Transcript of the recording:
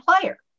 player